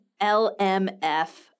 LMF